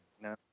No